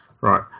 Right